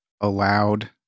allowed